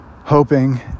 hoping